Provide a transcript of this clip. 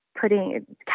Putting